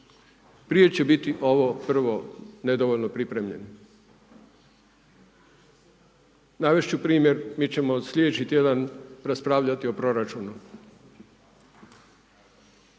Prije će biti ovo prvo, nedovoljno pripremljeni. Navesti ću primjer, mi ćemo sljedeći tjedan raspravljati o proračunu.